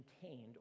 contained